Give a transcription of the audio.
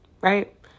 Right